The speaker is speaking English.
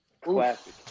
Classic